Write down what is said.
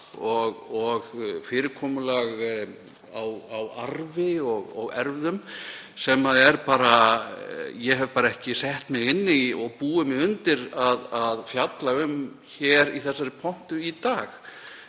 og fyrirkomulag á arfi og erfðum en ég hef ekki sett mig inn í og búið mig undir að fjalla um það í þessari pontu í dag.